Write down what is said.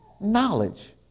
knowledge